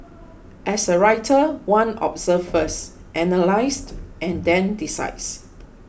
as a writer one observes first analyses and then decides